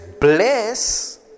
bless